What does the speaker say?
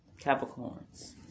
Capricorns